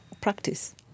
practice